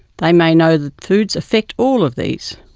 they may know that foods affect all of these.